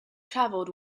travelled